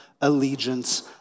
allegiance